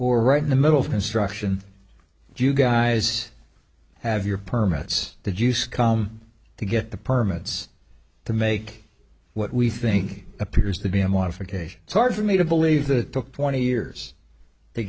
or right in the middle of construction do you guys have your permits to use com to get the permits to make what we think appears to be a modification it's hard for me to believe that it took twenty years to